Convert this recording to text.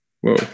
Whoa